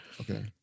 okay